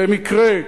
במקרה,